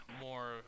more